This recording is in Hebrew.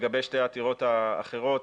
לגבי שתי העתירות האחרות,